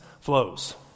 flows